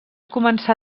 començar